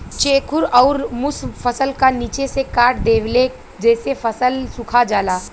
चेखुर अउर मुस फसल क निचे से काट देवेले जेसे फसल सुखा जाला